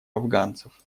афганцев